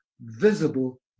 visible